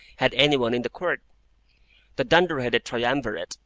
had any one in the court the dunder-headed triumvirate,